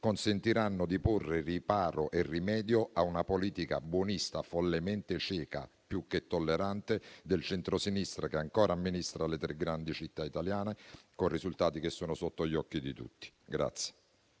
consentiranno di porre riparo e rimedio a una politica buonista follemente cieca, più che tollerante, del centrosinistra, che ancora amministra le tre grandi città italiane, con risultati che sono sotto gli occhi di tutti.